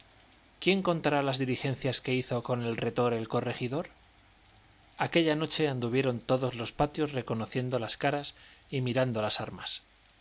quién contara las diligencias que hizo con el retor el corregidor aquella noche anduvieron todos los patios reconociendo las caras y mirando las armas